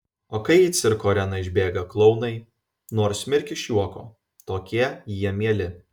o kai į cirko areną išbėga klounai nors mirk iš juoko tokie jie mieli